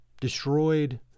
destroyed